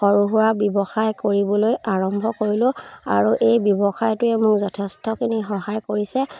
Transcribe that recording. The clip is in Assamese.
সৰু সুৰা ব্যৱসায় কৰিবলৈ আৰম্ভ কৰিলোঁ আৰু এই ব্যৱসায়টোৱে মোক যথেষ্টখিনি সহায় কৰিছে